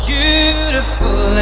Beautiful